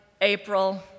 April